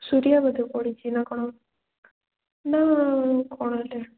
ସୂରିୟା ବୋଧେ ପଡ଼ିଛିନା କ'ଣ ନା କ'ଣ ଏଟା